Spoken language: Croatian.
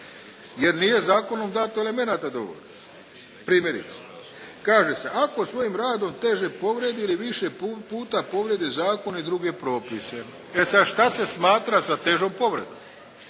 jer nije zakonom dato elemenata dovoljno. Primjerice kaže se, ako svojim radom teže povrijedi ili više puta povrijedi zakon i druge propise. E sad, šta se smatra sa težom povredom?